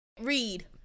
read